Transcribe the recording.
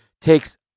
takes